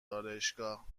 آرایشگاه